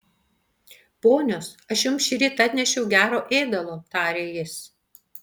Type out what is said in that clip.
ponios aš jums šįryt atnešiau gero ėdalo tarė jis